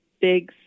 big